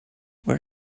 where